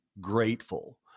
grateful